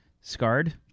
Scarred